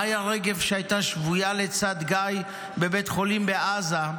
מיה רגב, שהייתה שבויה לצד גיא בבית החולים בעזה,